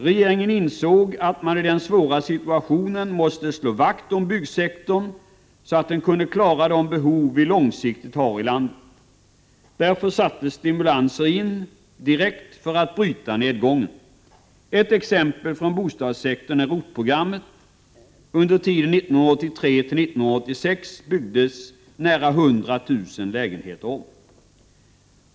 Regeringen insåg att man i den svåra situationen måste slå vakt om byggsektorn så att den kunde klara de behov vi långsiktigt har i landet. Därför sattes stimulanser in direkt för att bryta nedgången. Ett exempel från bostadssektorn är ROT-programmet.